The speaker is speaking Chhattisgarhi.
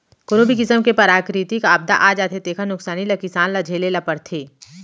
कोनो भी किसम के पराकिरितिक आपदा आ जाथे तेखर नुकसानी किसान ल झेले ल परथे